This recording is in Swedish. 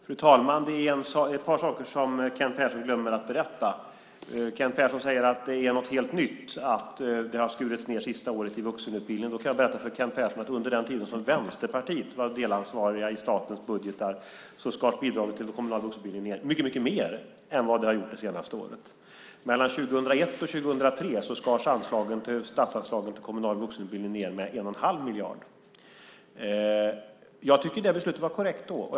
Fru talman! Det är ett par saker som Kent Persson glömmer att berätta. Kent Persson säger att det är något helt nytt att det har skurits ned på vuxenutbildningen under det senaste året. Jag kan berätta för Kent Persson att under den tid då Vänsterpartiet var delansvarigt i statens budgetar skars bidraget till den kommunala vuxenutbildningen ned mycket mer än under det senaste året. Mellan 2001 och 2003 skars statsanslagen till kommunal vuxenutbildning ned med 1 1⁄2 miljard. Jag tycker att det beslutet var korrekt då.